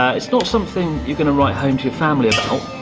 it's not something you're going to write home to your family about.